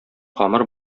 камыр